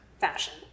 fashion